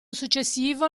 successivo